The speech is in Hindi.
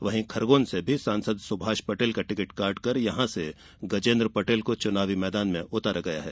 वहीं खरगोन से भी सांसद सुभाष पटेल का टिकट काट कर यहां से गजेंद्र पटेल को चुनावी मैदान में उतारा गया है